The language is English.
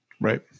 Right